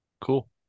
Cool